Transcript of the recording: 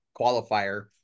qualifier